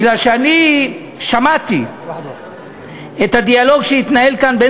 מפני שאני שמעתי את הדיאלוג שהתנהל כאן בין